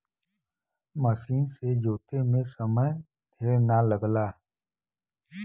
मसीन से जोते में समय ढेर ना लगला